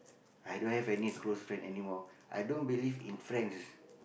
i don't have any close friend anymore i don't believe in friends